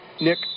Nick